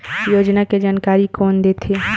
योजना के जानकारी कोन दे थे?